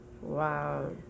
Wow